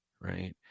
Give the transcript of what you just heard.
right